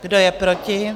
Kdo je proti?